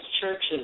churches